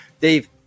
dave